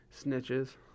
Snitches